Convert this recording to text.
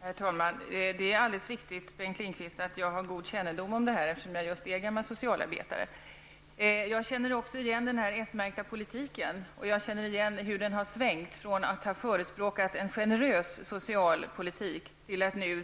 Herr talman! Det är alldeles riktigt, Bengt Lindqvist, att jag har god kännedom om detta, eftersom jag just är en gammal socialarbetare. Jag känner också igen den här s-märkta politiken, och jag känner igen den svängning den har gjort -- från att tidigare ha förespråkat en generös social politik